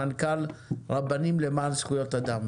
מנכ"ל רבנים למען זכויות אדם.